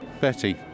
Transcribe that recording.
betty